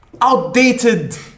outdated